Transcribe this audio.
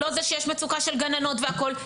לא זה שיש מצוקה של גננות והכול,